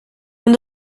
man